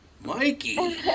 Mikey